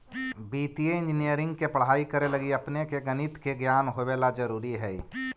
वित्तीय इंजीनियरिंग के पढ़ाई करे लगी अपने के गणित के ज्ञान होवे ला जरूरी हई